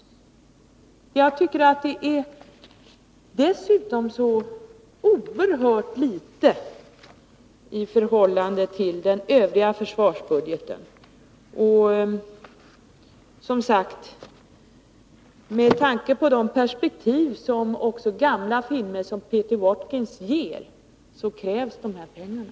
Dessutom tycker jag att det är så oerhört litet i förhållande till den övriga försvarsbudgeten. Med tanke på de perspektiv som t.ex. Peter Watkins filmer ger behöver vi de pengarna.